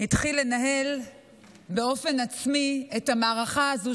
התחיל לנהל באופן עצמי את המערכה הזו,